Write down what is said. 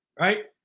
right